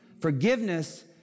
Forgiveness